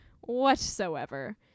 whatsoever